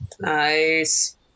nice